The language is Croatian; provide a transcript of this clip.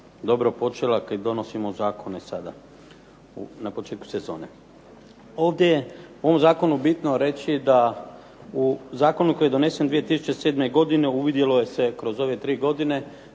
dobro počela kada donosimo zakone sada na početku sezone. Ovdje je o ovom zakonu bitno reći da u zakonu koji je donesen 2007. godine uvidjelo se kroz ove tri godine